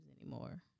anymore